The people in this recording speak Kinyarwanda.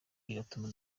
bigatuma